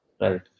Right